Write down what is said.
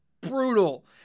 brutal